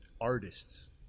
artists